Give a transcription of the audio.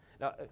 Now